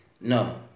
No